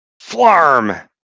Flarm